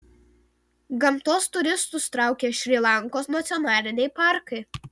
gamtos turistus traukia šri lankos nacionaliniai parkai